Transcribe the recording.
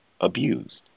abused